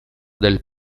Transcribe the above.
del